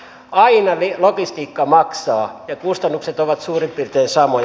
aina logistiikka maksaa ja kustannukset ovat suurin piirtein samoja